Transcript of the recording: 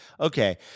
okay